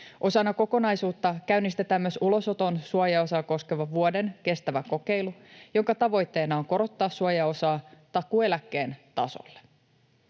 Osana kokonaisuutta käynnistetään myös ulosoton suojaosaa koskeva vuoden kestävä kokeilu, jonka tavoitteena on korottaa suojaosaa takuueläkkeen tasolle.